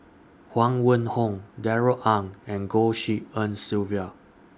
Huang Wenhong Darrell Ang and Goh Tshin En Sylvia